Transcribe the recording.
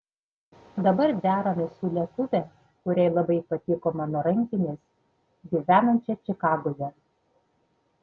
dabar deramės su lietuve kuriai labai patiko mano rankinės gyvenančia čikagoje